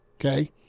okay